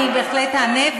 אני בהחלט אענה,